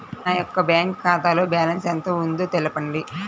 నా యొక్క బ్యాంక్ ఖాతాలో బ్యాలెన్స్ ఎంత ఉందో తెలపండి?